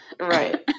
Right